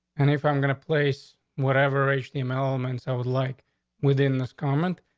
and if i'm gonna place whatever regime elements i would like within this comment,